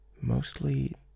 Mostly